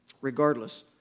regardless